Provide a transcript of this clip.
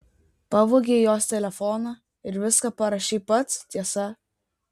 pavogei jos telefoną ir viską parašei pats tiesa